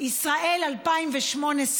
בישראל 2018,